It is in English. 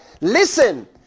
listen